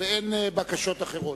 אין בקשות אחרות.